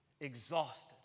exhausted